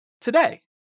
today